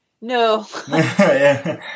No